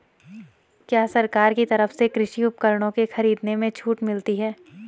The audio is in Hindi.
क्या सरकार की तरफ से कृषि उपकरणों के खरीदने में छूट मिलती है?